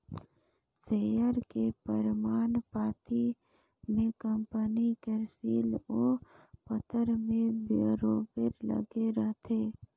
share के परमान पाती में कंपनी कर सील ओ पतर में बरोबेर लगे रहथे